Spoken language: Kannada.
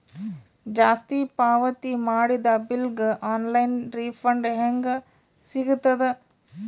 ಜಾಸ್ತಿ ಪಾವತಿ ಮಾಡಿದ ಬಿಲ್ ಗ ಆನ್ ಲೈನ್ ರಿಫಂಡ ಹೇಂಗ ಸಿಗತದ?